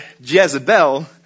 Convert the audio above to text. Jezebel